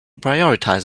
prioritize